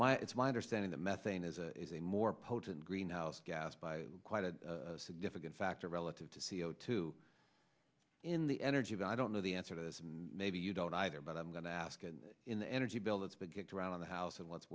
my it's my understanding that methane is a more potent greenhouse gas by quite a significant factor relative to c o two in the energy but i don't know the answer to this and maybe you don't either but i'm going to ask and in the energy bill that's been kicked around the house and what's